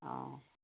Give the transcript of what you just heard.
অঁ